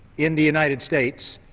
in the united states,